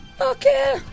okay